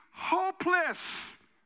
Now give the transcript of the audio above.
hopeless